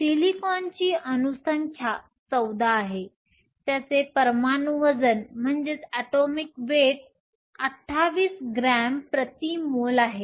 सिलिकॉनची अणू संख्या 14 आहे त्याचे परमाणु वजन 28 ग्रॅम प्रति मोल आहे